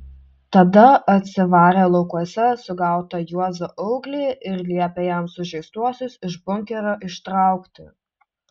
tada atsivarė laukuose sugautą juozą auglį ir liepė jam sužeistuosius iš bunkerio ištraukti